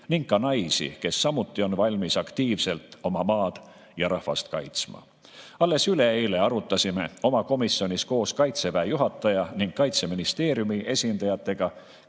ning ka naisi, kes samuti on valmis aktiivselt oma maad ja rahvast kaitsma. Alles üleeile arutasime oma komisjonis koos Kaitseväe juhataja ning Kaitseministeeriumi esindajatega